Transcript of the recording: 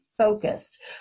focused